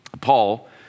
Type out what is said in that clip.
Paul